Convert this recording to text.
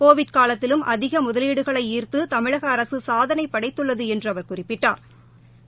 Covid காலத்திலும் அதிக முதலீடுகளை ஈர்த்து தமிழக அரசு சாதனை படைத்துள்ளது என்று அவர் குறிப்பிட்டா்